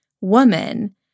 woman